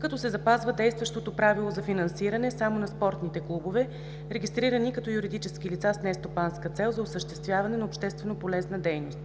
като се запазва действащото правило за финансиране само на спортните клубове, регистрирани като юридически лица с нестопанска цел за осъществяване на общественополезна дейност.